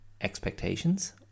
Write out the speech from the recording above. expectations